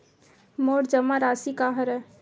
मोर जमा राशि का हरय?